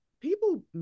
people